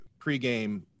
pregame